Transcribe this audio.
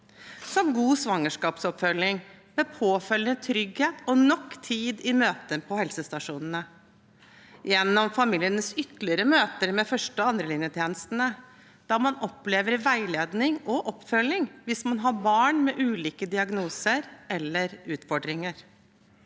som god svangerskapsoppfølging, med påfølgende trygghet og nok tid i møter på helsestasjonene, gjennom familienes ytterligere møter med første- og andrelinjetjenestene, der man opplever veiledning og oppfølging hvis man har barn med ulike diagnoser eller utfordringer,